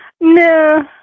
No